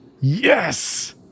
Yes